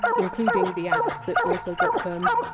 including the act that also got termed!